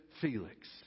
Felix